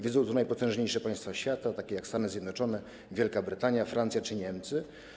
Wiedzą to najpotężniejsze państwa świata, takie jak Stany Zjednoczone, Wielka Brytania, Francja czy Niemcy.